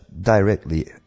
directly